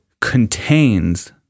contains